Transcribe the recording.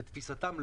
לתפיסתם,